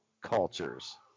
cultures